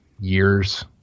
years